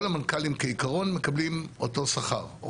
כל המנכ"לים כעיקרון מקבלים אותו שכר.